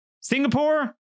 Singapore